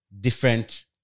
different